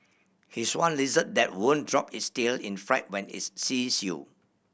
here's one lizard that won't drop its tail in fright when it sees you